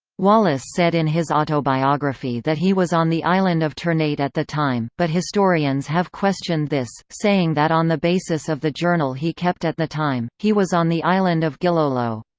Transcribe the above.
wallace said in his autobiography that he was on the island of ternate at the time but historians have questioned this, saying that on the basis of the journal he kept at the time, he was on the island of gilolo.